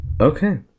Okay